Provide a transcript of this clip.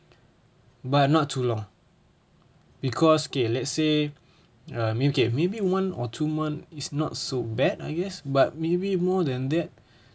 but not too long because okay let's say err okay maybe one or two month is not so bad I guess but maybe more than that